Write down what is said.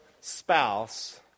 spouse